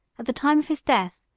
at the time of his death,